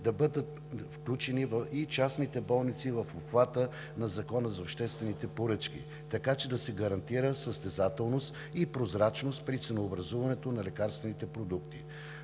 да бъдат включени и частните болници в обхвата на Закона за обществените поръчки, така че да се гарантира състезателност и прозрачност при ценообразуването на лекарствените продукти.